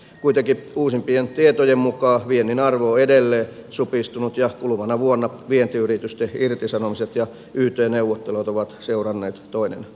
kuitenkin uusimpien tietojen mukaan viennin arvo on edelleen supistunut ja kuluvana vuonna vientiyritysten irtisanomiset ja yt neuvottelut ovat seuranneet toinen toistaan